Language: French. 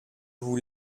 vous